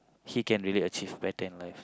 he can really achieve better in life